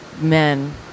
men